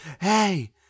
hey